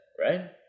right